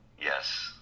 Yes